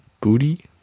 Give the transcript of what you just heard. booty